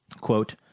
quote